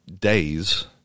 days